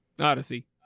Odyssey